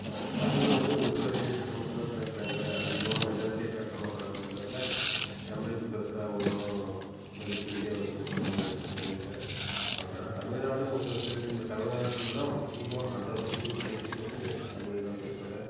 but Tamil வந்து ஒரு சில ஸ்டேட்ஸில் மட்டும் தான் பேசுறாங்க அதிகமாக மெஜாரிட்டியாக பேசமாட்டுறாங்கன்றதால தமிழுக்கு பெருசாக ஒன்றும் மதிப்பு இந்தியாவில் கொடுக்குற மாதிரி எனக்கு தெரியல பட் ஆனால் தமிழ்நாடு ஒரு சில ஸ்டேட்டில தமிழ்நாட்டில தான் முக்கியமாக ஹண்ட்ரட் பர்சன்ட் நைன்ட்டி பர்சன்டேஜ் எல்லாம் தமிழ் தான் பேசுவாங்க